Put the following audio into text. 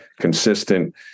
consistent